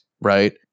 right